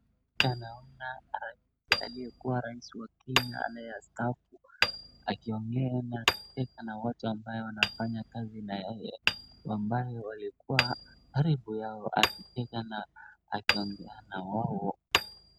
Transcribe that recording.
Picha naona aliyekuwa rais wa Kenya anayestaafu, akiongea na akicheka na watu ambao wanafanya kazi naya ambaye walikuwa karibu yao akicheka na akiongea na wao.